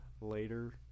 later